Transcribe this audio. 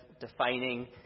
defining